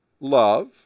Love